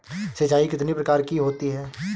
सिंचाई कितनी प्रकार की होती हैं?